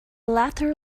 latter